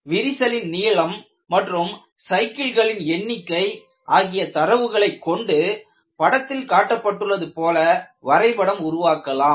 விரிசலின் நீளம் மற்றும் சைக்கிள்களின் எண்ணிக்கை ஆகிய தரவுகளைக் கொண்டு படத்தில் காட்டப்பட்டுள்ளது போல வரைபடம் உருவாக்கலாம்